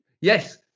Yes